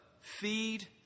feed